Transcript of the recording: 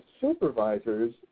supervisors